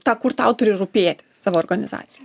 ta kur tau turi rūpėt tavo organizacijoj